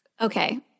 Okay